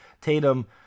Tatum